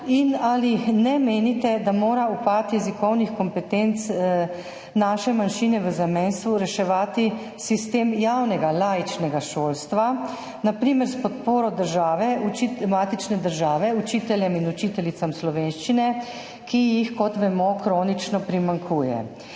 Ali ne menite, da mora upad jezikovnih kompetenc naše manjšine v zamejstvu reševati sistem javnega laičnega šolstva, na primer s podporo matične države učiteljem in učiteljicam slovenščine, ki jih, kot vemo, kronično primanjkuje?